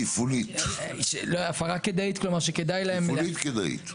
תפעולית, תפעולית כדאית.